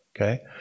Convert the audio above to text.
Okay